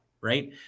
right